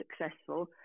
successful